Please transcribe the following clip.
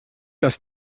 das